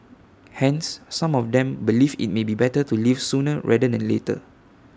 hence some of them believe IT may be better to leave sooner rather than later